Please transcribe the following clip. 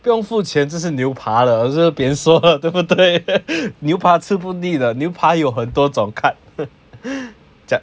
不用付钱就是牛扒了这样别说了对不对牛扒吃不腻的牛排有很多种 cut